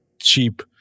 cheap